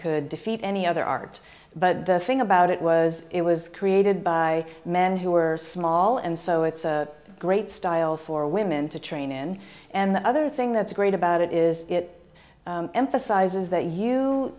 could defeat any other art but the thing about it was it was created by men who are small and so it's a great style for women to train in and the other thing that's great about it is it emphasizes that you